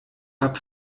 habt